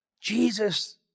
Jesus